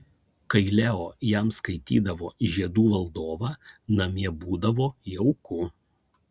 kai leo jam skaitydavo žiedų valdovą namie būdavo jauku